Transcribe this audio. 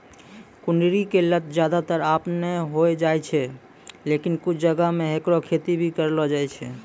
कुनरी के लत ज्यादातर आपनै होय जाय छै, लेकिन कुछ जगह मॅ हैकरो खेती भी करलो जाय छै